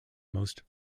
most